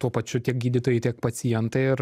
tuo pačiu tiek gydytojai tiek pacientai ir